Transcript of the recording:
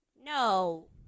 No